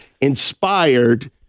inspired